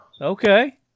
Okay